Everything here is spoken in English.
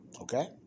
Okay